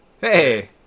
Hey